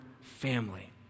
family